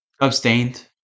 Abstained